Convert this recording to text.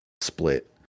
split